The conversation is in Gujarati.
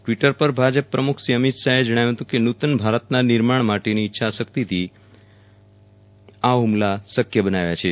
ટ્વીટર પર ભાજપ પ્રમુખશ્રી અમીત શાહે જણાવ્યું કે નૂતન ભારતના નિર્માણ માટેની ઇચ્છાશક્તિથી એ આ હુમલા શક્ય બનાવ્યા છે